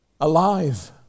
alive